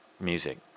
music